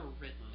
written